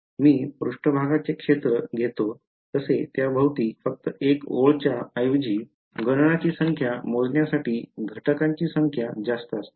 मी पृष्ठभागाचे क्षेत्र घेतो तसे त्याभोवती फक्त एक ओळच्या ऐवजी गणनाची संख्या मोजण्यासाठी घटकांची संख्या जास्त असते